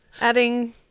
adding